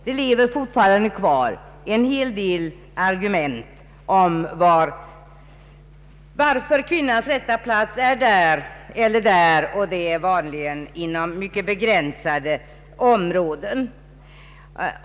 Det lever fortfarande kvar en hel del argument om varför kvinnans rätta plats är där eller där, vanligen inom mycket begränsade områden.